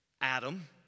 Adam